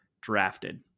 drafted